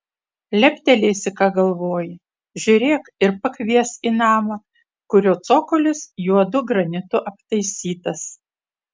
leptelėsi ką galvoji žiūrėk ir pakvies į namą kurio cokolis juodu granitu aptaisytas